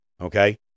Okay